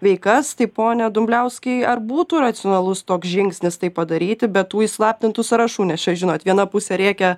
veikas tai pone dumbliauskai ar būtų racionalus toks žingsnis tai padaryti be tų įslaptintų sąrašų nes čia žinot viena pusė rėkia